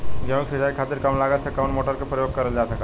गेहूँ के सिचाई खातीर कम लागत मे कवन मोटर के प्रयोग करल जा सकेला?